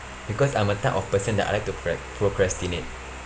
because I'm a type of person that I like to pro~ procrastinate